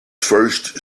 first